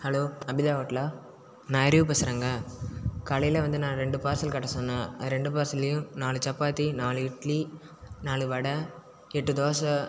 hello Abitha ஹோட்டலா நான் அறிவு பேசுகிறேங்க காலையில வந்து நான் ரெண்டு பார்ஸல் கட்ட சொன்னேன் அது ரெண்டு பார்ஸல்லையும் நாலு சப்பாத்தி நாலு இட்லி நாலு வடை எட்டு தோசை